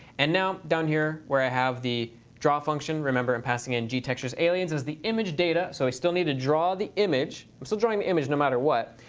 and now down here where i have the draw function, remember in passing gtextures aliens as the image data. so i still need to draw the image. i'm still drawing the image no matter what.